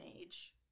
age